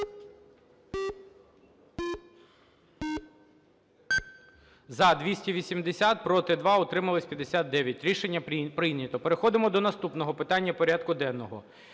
За-259 Проти – 8, утримались – 56. Рішення прийнято. Переходимо до наступного питання порядку денного.